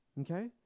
Okay